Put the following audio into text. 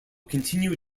continue